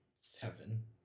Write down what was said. Seven